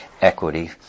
equity